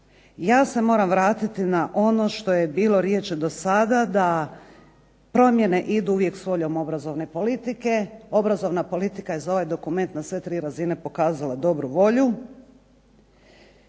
Ja se moram vratiti na ono što je bilo riječi do sada da promjene idu uvijek s voljom obrazovne politike. Obrazovna politika je za ovaj dokument na sve tri razine pokazala dobru volju.